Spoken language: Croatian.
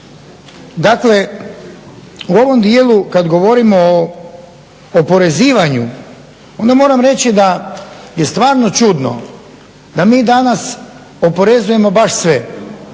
Dakle u ovom dijelu kada govorimo o oporezivanju onda moram reći da je stvarno čudno da mi danas oporezujemo baš sve,